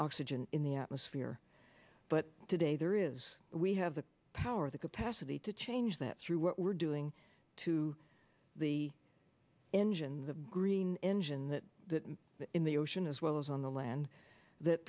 oxygen in the atmosphere but today there is we have the power the capacity to change that through what we're doing to the engine the green engine that that in the ocean as well as on the land that